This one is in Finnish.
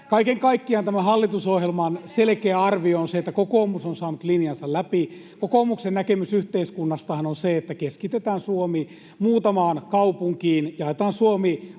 Kaiken kaikkiaan tämän hallitusohjelman selkeä arvio on se, että kokoomus on saanut linjansa läpi. Kokoomuksen näkemys yhteiskunnastahan on se, että keskitetään Suomi muutamaan kaupunkiin. Jaetaan Suomi